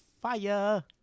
fire